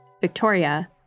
Victoria